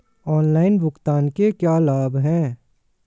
Online भुगतान के क्या लाभ हैं?